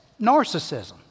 narcissism